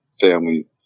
family